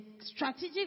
strategic